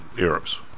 Arabs